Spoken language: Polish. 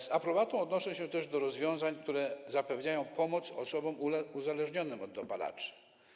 Z aprobatą odnoszę się też do rozwiązań, które zapewniają pomoc osobom uzależnionym od dopalaczy.